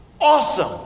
Awesome